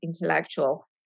intellectual